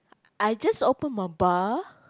I just open my bar